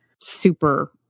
super